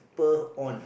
spur on